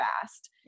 fast